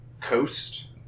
coast